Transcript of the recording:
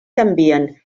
canvien